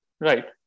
Right